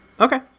Okay